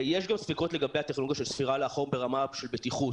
יש גם ספקות לגבי הטכנולוגיה של ספירה לאחור ברמה של בטיחות,